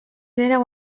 éreu